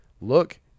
look